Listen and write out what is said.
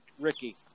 Ricky